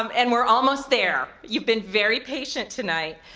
um and we're almost there. you've been very patient tonight.